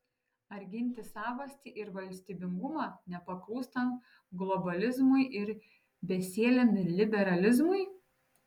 ar ginti savastį ir valstybingumą nepaklūstant globalizmui ir besieliam liberalizmui